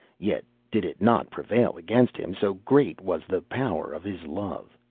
yet did it not prevail against him, so great was the power of his love.